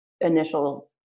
initial